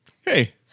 hey